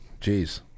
Jeez